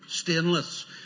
Stainless